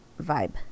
vibe